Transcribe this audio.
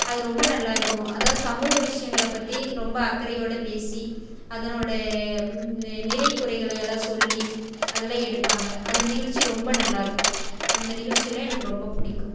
அது ரொம்ப நல்லாயிருக்கும் அதாவது சமூக விஷயங்கள பற்றி ரொம்ப அக்கறையோடு பேசி அதனோடய நிறை குறைகளை எல்லாம் சொல்லி அதுலாம் எடுப்பாங்க அந்த நிகழ்ச்சி ரொம்ப நல்லாயிருக்கும் அந்த நிகழ்ச்சியிலாம் எனக்கு ரொம்ப பிடிக்கும்